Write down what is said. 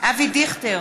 אבי דיכטר,